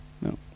no